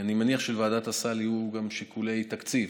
אני מניח שבוועדת הסל יהיו גם שיקולי תקציב.